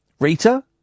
Rita